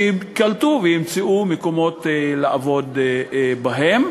ייקלטו וימצאו מקומות לעבוד בהם.